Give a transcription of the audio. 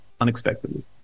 unexpectedly